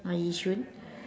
uh yishun